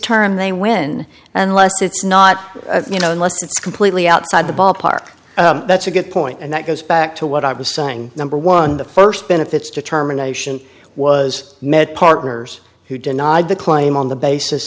term they win unless it's not you know unless it's completely outside the ballpark that's a good point and that goes back to what i was saying number one the st benefits determination was met partners who denied the claim on the basis